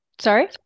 Sorry